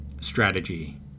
strategy